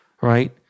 Right